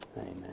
Amen